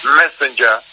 messenger